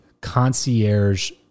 concierge